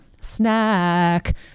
Snack